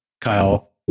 Kyle